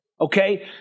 Okay